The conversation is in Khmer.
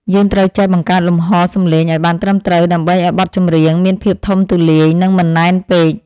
យើងត្រូវចេះបង្កើតលំហសំឡេងឱ្យបានត្រឹមត្រូវដើម្បីឱ្យបទចម្រៀងមានភាពធំទូលាយ និង មិនណែនពេក។